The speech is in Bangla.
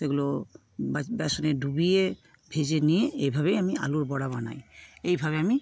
সেগুলো ব্যা বেসনে ডুবিয়ে ভেজে নিয়ে এভাবেই আমি আলুর বড়া বানাই এইভাবে আমি